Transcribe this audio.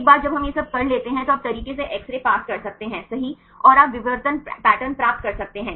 एक बार जब हम यह सब कर लेते हैं तो आप तरीके से एक्स रे पास कर सकते हैं सही और आप विवर्तन पैटर्न प्राप्त कर सकते हैं